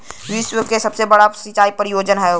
विश्व के सबसे बड़ा सिंचाई परियोजना हौ